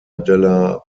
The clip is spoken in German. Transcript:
della